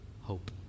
hope